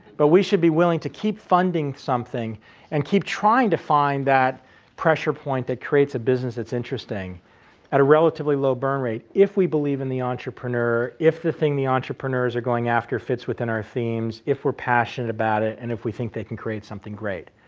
but we should be willing to keep funding something and keep trying to find that pressure point that creates a business that's interesting at a relatively low burn rate if we believe in the entrepreneur, if the thing the entrepreneurs are going after fits within our themes, if we are passionate about it and if we think that can create something great.